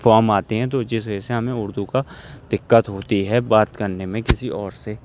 فام آتے ہیں تو جس وجہ سے ہمیں اردو کا دقت ہوتی ہے بات کرنے میں کسی اور سے